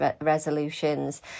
resolutions